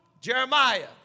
Jeremiah